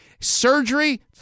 surgery